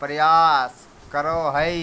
प्रयास करो हइ